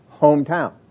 hometown